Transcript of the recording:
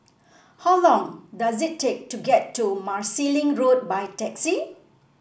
how long does it take to get to Marsiling Road by taxi